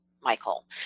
Michael